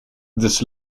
des